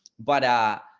but ah,